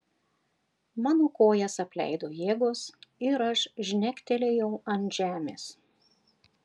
mano kojas apleido jėgos ir aš žnegtelėjau ant žemės